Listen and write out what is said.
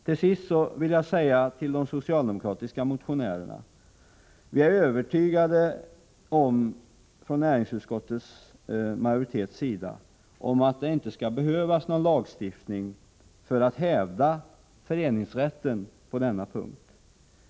Till sist vill jag säga till de socialdemokratiska motionärerna: Vi är från näringsutskottets majoritet övertygade om att det inte skall behövas någon lagstiftning för att hävda föreningsrätten på denna punkt.